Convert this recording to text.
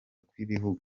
kw’ibihugu